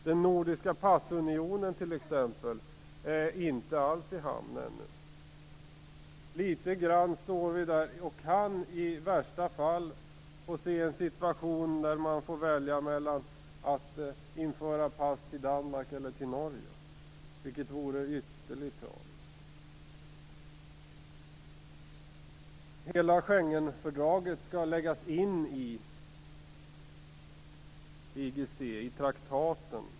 Den nordiska passunionen, t.ex., är inte alls i hamn ännu. I värsta fall kan det uppstå en situation där man får välja mellan att införa pass till Danmark eller till Norge, vilket vore ytterligt tragiskt. Det är tal om att hela Schengenfördraget skall tas med i IGC-traktaten.